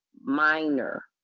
minor